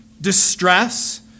distress